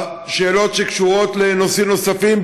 ושאלות שקשורות לנושאים נוספים,